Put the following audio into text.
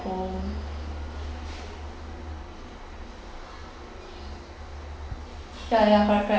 home ya ya correct correct